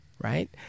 right